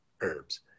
herbs